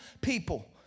people